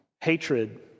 hatred